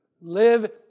Live